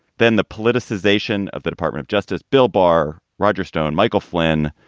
then the politicization of the department of justice. bill barr. roger stone. michael flynn.